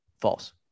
false